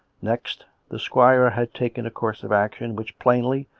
next, the squire had taken a course of action which, plainly,